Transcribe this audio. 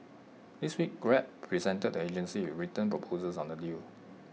this week grab presented the agency with written proposals on the deal